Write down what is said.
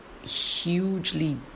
hugely